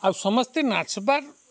ଆଉ ସମସ୍ତେ ନାଚ୍ବାର୍